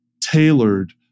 tailored